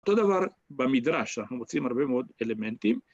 אותו דבר במדרש, אנחנו מוצאים הרבה מאוד אלמנטים.